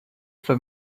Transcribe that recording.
for